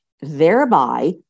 Thereby